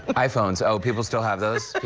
but iphones, oh, people still have those?